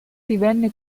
divenne